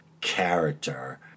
character